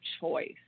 choice